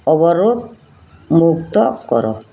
ଅବରୋଧ ମୁକ୍ତ କର